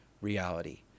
reality